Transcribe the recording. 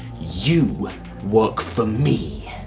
you work for me.